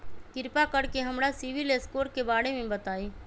कृपा कर के हमरा सिबिल स्कोर के बारे में बताई?